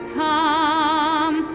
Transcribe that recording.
come